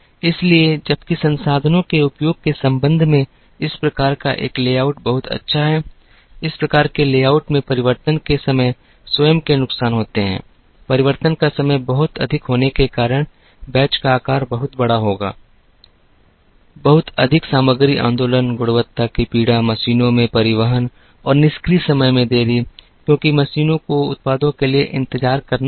इसलिए जबकि संसाधनों के उपयोग के संबंध में इस प्रकार का एक लेआउट बहुत अच्छा है इस प्रकार के लेआउट में परिवर्तन के समय स्वयं के नुकसान होते हैं परिवर्तन का समय बहुत अधिक होने के कारण बैच का आकार बहुत बड़ा होता है बहुत अधिक सामग्री आंदोलन गुणवत्ता की पीड़ा मशीनों में परिवहन और निष्क्रिय समय में देरी क्योंकि मशीनों को उत्पादों के लिए इंतजार करना पड़ा